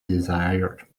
desire